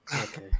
Okay